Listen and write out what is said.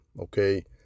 okay